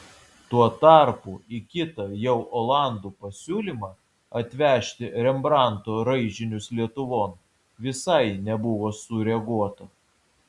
tuo tarpu į kitą jau olandų pasiūlymą atvežti rembrandto raižinius lietuvon visai nebuvo sureaguota